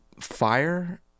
fire